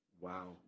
Wow